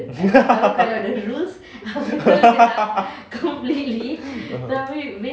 (uh huh)